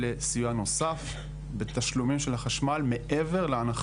חוק נכי רדיפות הנאצים מתאים אולי לשנות ה-50' של המאה הקודמת